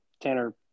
Tanner